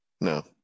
No